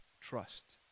trust